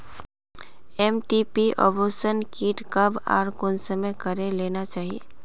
MTP abortion kit कब आर कुंसम करे लेना चही?